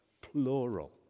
plural